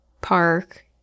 Park